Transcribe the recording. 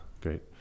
great